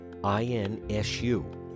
insu